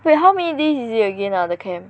wait how many days is it again ah the camp